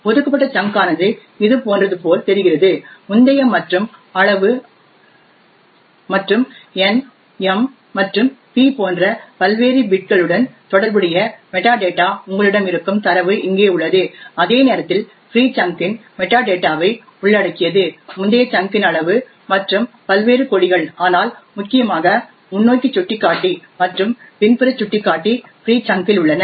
ஒதுக்கப்பட்ட சங்க் ஆனது இதுபோன்றது போல் தெரிகிறது முந்தைய மற்றும் அளவு மற்றும் n m மற்றும் p போன்ற பல்வேறு பிட்களுடன் தொடர்புடைய மெட்டாடேட்டா உங்களிடம் இருக்கும் தரவு இங்கே உள்ளது அதே நேரத்தில் ஃப்ரீ சங்க் இன் மெட்டாடேட்டாவை உள்ளடக்கியது முந்தைய சங்க் இன் அளவு மற்றும் பல்வேறு கொடிகள் ஆனால் முக்கியமாக முன்னோக்கி சுட்டிக்காட்டி மற்றும் பின்புற சுட்டிக்காட்டிஃப்ரீ சங்க் இல் உள்ளன